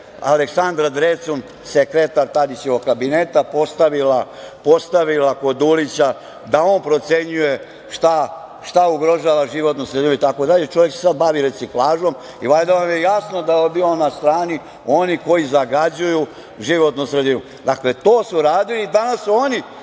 Aleksandra Drecun, sekretar Tadićevog kabineta postavila kod Dulića da on procenjuje šta ugrožava životnu sredinu i tako dalje. Čovek se sada bavi reciklažom i valjda vam je jasno da je on bio na strani onih koji zagađuju životnu sredinu. Dakle, to su radili, a danas su oni